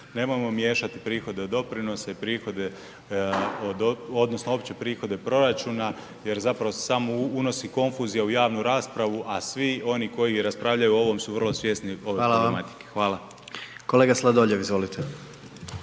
nemojmo miješati prihode doprinose i prihode odnosno opće prihode proračuna jer zapravo se samo unosi konfuzija u javnu raspravu, a svi oni koji raspravljaju o ovom su vrlo svjesni ove problematike. Hvala. **Jandroković, Gordan